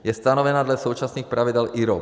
Je stanovena dle současných pravidel IROP.